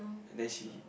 and then she